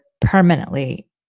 permanently